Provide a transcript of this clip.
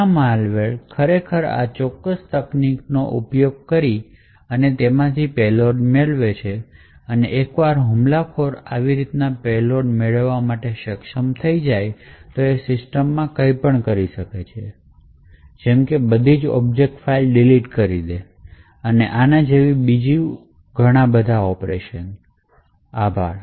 ઘણા માલવેર ખરેખર આ ચોક્કસ તકનીકનો ઉપયોગ કરી તેઓ પેલોડ મેળવે છે અને એકવાર હુમલાખોર આવી પેલોડ મેળવવા માટે સક્ષમ થઇ જાય તો તે સિસ્ટમમાં કંઈપણ કરી શકે છે જેમ કે બધી ઓબ્જેક્ટ ફાઇલ ડિલીટ કરી શકે છે અને આના જેવી બીજી ફાઇલો પણ આભાર